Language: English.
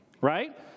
Right